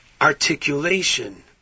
articulation